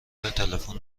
تلفن